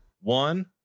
one